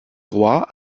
roi